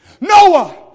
Noah